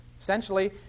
essentially